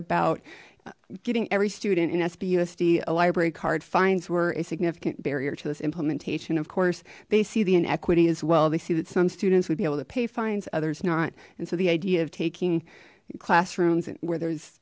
about getting every student in sp usd a library card fines were a significant barrier to this implementation of course they see the inequity as well they see that some students would be able to pay fines others not and so the idea of taking classrooms and where there's